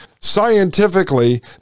Scientifically